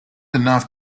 enough